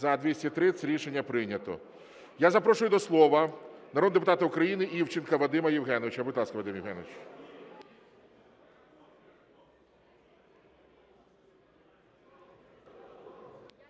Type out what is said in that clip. За-230 Рішення прийнято. Я запрошую до слова народного депутата України Івченка Вадима Євгеновича. Будь ласка, Вадим Євгенович.